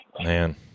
Man